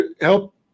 help